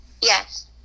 Yes